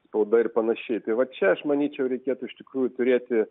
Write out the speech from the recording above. spauda ir panašiai tai va čia aš manyčiau reikėtų iš tikrųjų turėti